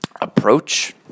approach